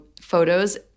photos